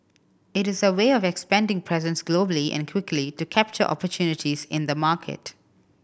it is a way of expanding presence globally and quickly to capture opportunities in the market